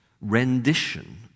rendition